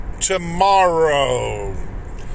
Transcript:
tomorrow